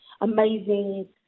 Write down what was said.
amazing